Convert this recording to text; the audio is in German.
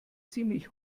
ziemlich